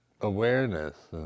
awareness